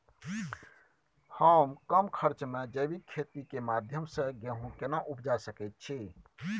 हम कम खर्च में जैविक खेती के माध्यम से गेहूं केना उपजा सकेत छी?